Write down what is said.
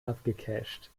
abgecasht